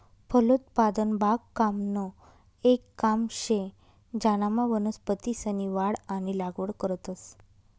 फलोत्पादन बागकामनं येक काम शे ज्यानामा वनस्पतीसनी वाढ आणि लागवड करतंस